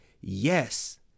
yes